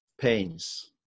pains